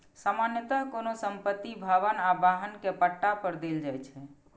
सामान्यतः कोनो संपत्ति, भवन आ वाहन कें पट्टा पर देल जाइ छै